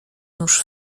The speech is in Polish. nóż